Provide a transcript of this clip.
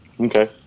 Okay